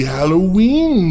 Halloween